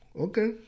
Okay